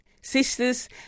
Sisters